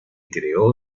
creó